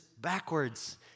backwards